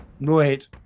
Wait